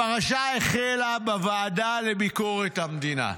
הפרשה החלה בוועדה לביקורת המדינה.